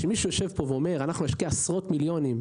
כשמישהו יושב פה ואומר: אנחנו נשקיע עשרות מיליונים,